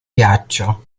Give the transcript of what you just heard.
ghiaccio